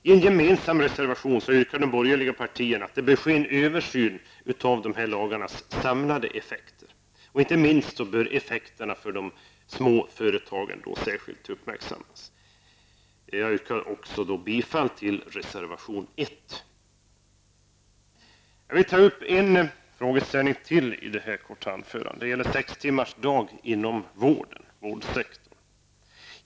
I en gemensam reservation yrkar de borgerliga partierna på att det bör ske en översyn av lagarnas samlade effekter. Effekterna för de små företagen bör inte minst särskilt uppmärksammas. Jag yrkar även bifall till reservation nr 1. Jag vill ta upp ytterligare en frågeställning, nämligen sextimmarsdag inom vården.